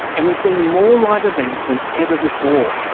and we're seeing more live events than ever before.